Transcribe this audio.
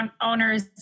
owners